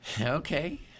Okay